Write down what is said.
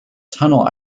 tunnel